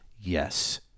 Yes